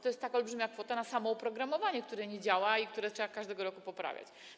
To jest więc tak olbrzymia kwota wydana na samo oprogramowanie, które nie działa i które trzeba każdego roku poprawiać.